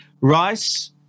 Rice